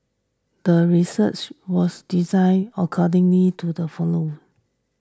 the research was designed accordingly to the hypothesis